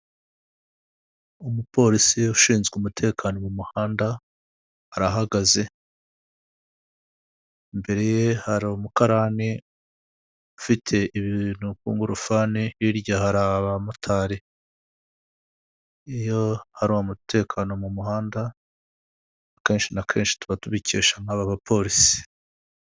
Umupolisi ushinzwe umutekano mu muhanda arahagaze imbere ye hari umukarani ufite kungufani hirya hari abamotari iyo hari umutekano mu muhanda akenshi na kenshi tuba tubikesha nk'aba bapolisi.